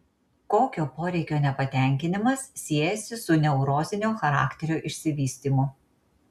kokio poreikio nepatenkinimas siejasi su neurozinio charakterio išsivystymu